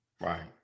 Right